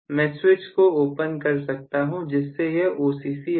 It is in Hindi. मैं स्विच को ओपन कर सकता हूं जिससे यह OCC रहे